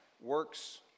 works